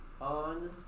on